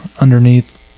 underneath